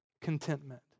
Contentment